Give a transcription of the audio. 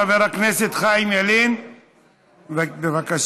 חבר הכנסת חיים ילין, בבקשה.